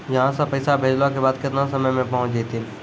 यहां सा पैसा भेजलो के बाद केतना समय मे पहुंच जैतीन?